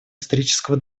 исторического